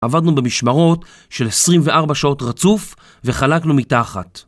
עבדנו במשמרות של 24 שעות רצוף וחלקנו מתחת